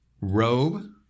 Robe